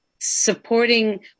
supporting